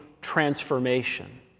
transformation